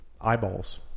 eyeballs